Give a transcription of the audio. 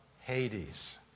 Hades